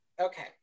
Okay